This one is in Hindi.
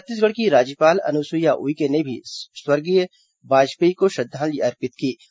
छत्तीसगढ़ की राज्यपाल अनुसुईया उइके ने भी स्वर्गीय वाजपेयी को श्रद्धांजलि अर्पित की है